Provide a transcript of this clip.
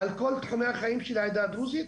על כל תחומי החיים של העדה הדרוזית,